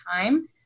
time